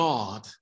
God